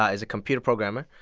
ah is a computer programmer,